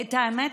האמת,